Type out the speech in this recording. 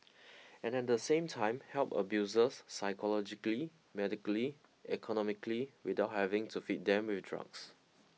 and at the same time help abusers psychologically medically economically without having to feed them with drugs